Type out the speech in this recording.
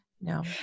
No